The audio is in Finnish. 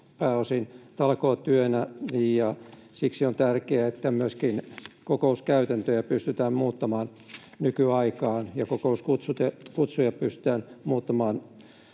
pääosin talkootyönä, ja siksi on tärkeää, että myöskin kokouskäytäntöjä pystytään muuttamaan nykyaikaan ja kokouskutsuja pystytään muuttamaan